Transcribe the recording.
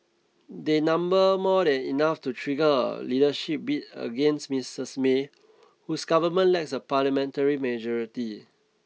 they number more than enough to trigger a leadership bid against Misses May whose government lacks a parliamentary majority